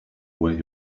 where